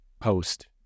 post